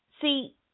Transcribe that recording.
See